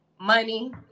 money